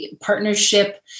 partnership